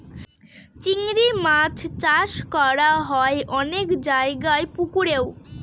চিংড়ি মাছ চাষ করা হয় অনেক জায়গায় পুকুরেও